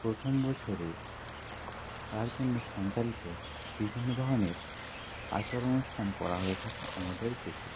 প্রথম বছরে তার জন্য সঞ্চালিত বিভিন্ন ধরনের আচরণ অনুষ্ঠান করা হয়ে থাকে আমাদের দেশে